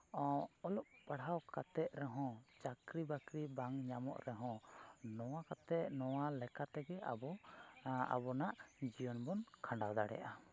ᱚᱞᱚᱜ ᱯᱟᱲᱦᱟᱣ ᱠᱟᱛᱮᱫ ᱨᱮᱦᱚᱸ ᱪᱟᱹᱠᱨᱤ ᱵᱟᱹᱠᱨᱤ ᱵᱟᱝ ᱧᱟᱢᱚᱜ ᱨᱮᱦᱚᱸ ᱱᱚᱣᱟ ᱠᱟᱛᱮᱫ ᱱᱚᱣᱟ ᱞᱮᱠᱟ ᱛᱮᱜᱮ ᱟᱵᱚ ᱟᱵᱚᱱᱟᱜ ᱡᱤᱭᱚᱱ ᱵᱚᱱ ᱠᱷᱟᱱᱰᱟᱣ ᱫᱟᱲᱮᱭᱟᱜᱼᱟ